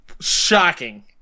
Shocking